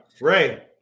Ray